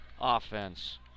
offense